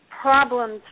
problems